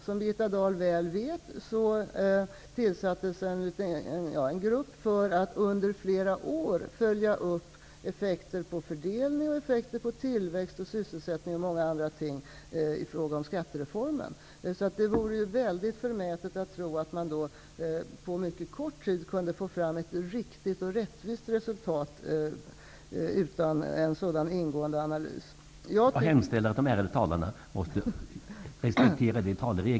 Som Birgitta Dahl väl vet tillsattes en grupp för att under flera år följa upp effekter på fördelning, tillväxt, sysselsättning och flera andra ting av skattereformen. Det vore väldigt förmätet att tro att man på en mycket kort tid kan få fram ett riktigt och rättvist resultat av en så ingående analys.